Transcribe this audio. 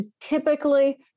Typically